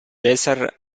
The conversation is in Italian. caesar